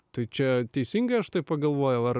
tai čia teisingai aš taip pagalvojau ar